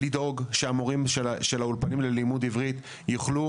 לדאוג שהמורים של האולפנים ללימוד עברית יוכלו